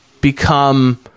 become